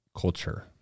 culture